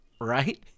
right